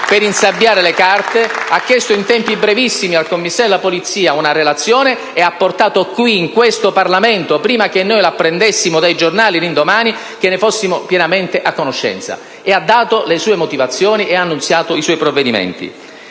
per insabbiare le carte, ma ha chiesto in tempi brevissimi al Capo della Polizia una relazione, l'ha portata qui, in questo Parlamento, prima che l'apprendessimo dai giornali l'indomani, affinché ne fossimo pienamente a conoscenza, ha dato le sue motivazioni e ha annunziato i suoi provvedimenti.